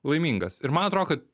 laimingas ir man atro kad